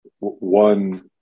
one